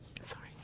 sorry